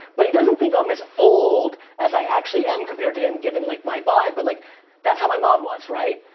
but he doesn't think i'm as old as i actually am compared to him, given like my vibe, but like that's how my mom was, right?